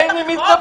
אין עם מי לדבר.